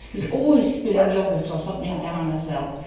who's always spilling yoghurt or something down herself,